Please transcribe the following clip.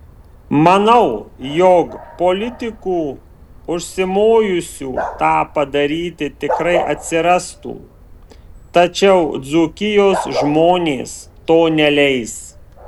manau jog politikų užsimojusių tą padaryti tikrai atsirastų tačiau dzūkijos žmonės to neleis